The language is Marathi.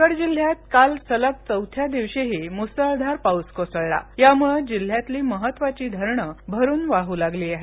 रायगड जिल्हयात आज सलग चौथ्या दिवशीही मुसळधार पाऊस कोसळत असून जिल्ह्यातील महत्वाची धरणं भरून वाहू लागली आहेत